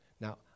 Now